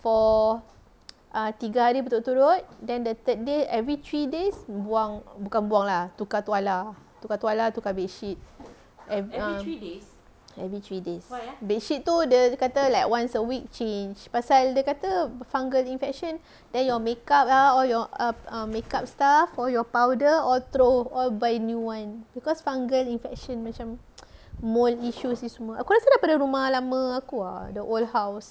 for err tiga hari berturut-turut then the third day every three days buang bukan buang lah tukar tuala lah tukar bed sheet every um every three days bed sheet tu dia kata like once a week change pasal dia kata fungus infection then your makeup all your um makeup stuff all your powder all throw all buy new [one] because fungus infection macam mould issues ni semua aku rasa daripada rumah lama aku ah the old house